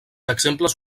exemples